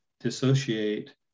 dissociate